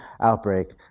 outbreak